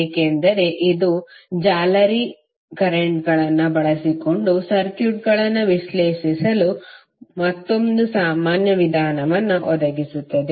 ಏಕೆಂದರೆ ಇದು ಜಾಲರಿ ಕರೆಂಟ್ಗಳನ್ನು ಬಳಸಿಕೊಂಡು ಸರ್ಕ್ಯೂಟ್ಗಳನ್ನು ವಿಶ್ಲೇಷಿಸಲು ಮತ್ತೊಂದು ಸಾಮಾನ್ಯ ವಿಧಾನವನ್ನು ಒದಗಿಸುತ್ತದೆ